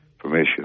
permission